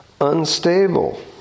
unstable